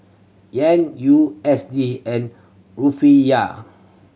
Yen U S D and Rufiyaa